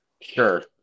Sure